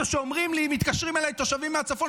גם אתה חבר בוועדה.